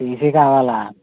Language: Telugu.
టీసీ కావాలా